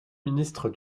ministre